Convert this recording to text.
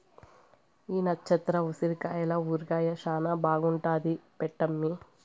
ఈ నచ్చత్ర ఉసిరికాయల ఊరగాయ శానా బాగుంటాది పెట్టమ్మీ